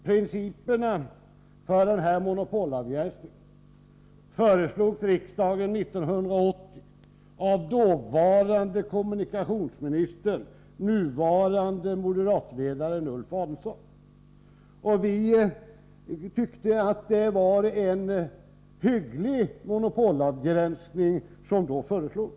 Principerna för denna monopolavgränsning föreslogs riksdagen 1980 av dåvarande kommunikationsministern, nuvarande moderatledaren, Ulf Adelsohn. Vi tyckte att det var en hygglig monopolavgränsning som då föreslogs.